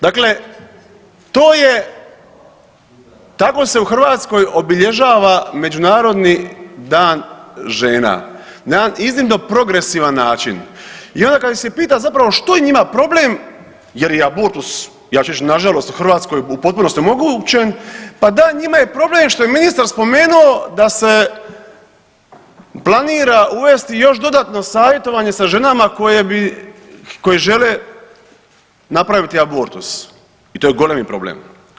Dakle, to je, tako se u Hrvatskoj obilježava Međunarodni dan žena na jedan iznimno progresivan način i onda kad ih se pita zapravo što je njima problem jer i abortus, ja ću reći nažalost u Hrvatskoj u potpunosti omogućen, pa da, njima je problem što je ministar spomenuo da se planira uvesti još dodatno savjetovanje sa ženama koje bi, koje žele napraviti abortus i to je golemi problem.